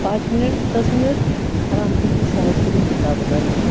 ᱯᱟᱸᱪ ᱢᱤᱱᱤᱴ ᱫᱚᱥ ᱢᱤᱱᱤᱴ ᱦᱟᱱᱟ ᱛᱤᱧ ᱥᱟᱸᱦᱮᱫ ᱠᱚᱫᱚᱧ ᱦᱟᱛᱟᱣ ᱜᱚᱫᱟ